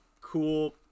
cool